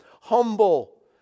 Humble